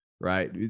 right